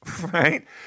Right